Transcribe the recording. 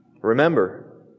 Remember